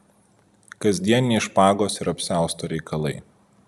kasdieniniai špagos ir apsiausto reikalai